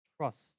Trust